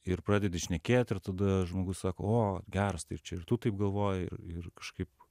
ir pradedi šnekėt ir tada žmogus sako o geras tai čia ir tu taip galvoji ir ir kažkaip